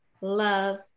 love